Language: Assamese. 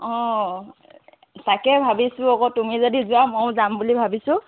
অ তাকে ভাবিছিলোঁ আকৌ তুমি যদি যোৱা মইও যাম বুলি ভাবিছোঁ